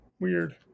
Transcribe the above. weird